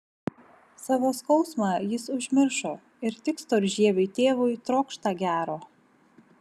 savo skausmą jis užmiršo ir tik storžieviui tėvui trokšta gero